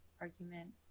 argument